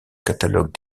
catalogue